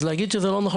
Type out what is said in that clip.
אז להגיד שזה לא נכון,